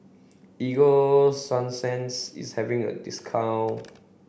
Ego Sunsense is having a discount